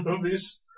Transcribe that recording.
movies